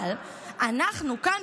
אבל אנחנו כאן,